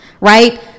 Right